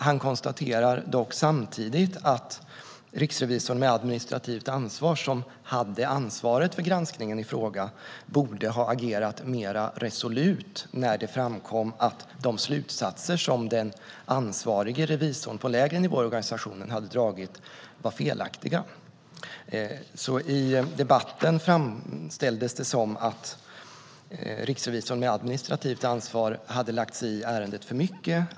Han konstaterar dock samtidigt att den riksrevisor med administrativt ansvar som hade ansvaret för granskningen i fråga borde ha agerat mer resolut när det framkom att de slutsatser som den ansvarige revisorn på lägre nivå i organisationen hade dragit var felaktiga. I debatten framställdes det som att riksrevisorn med administrativt ansvar hade lagt sig i ärendet för mycket.